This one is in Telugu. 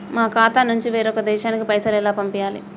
మా ఖాతా నుంచి వేరొక దేశానికి పైసలు ఎలా పంపియ్యాలి?